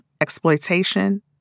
exploitation